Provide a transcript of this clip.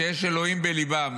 שיש אלוהים בליבם,